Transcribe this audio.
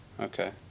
Okay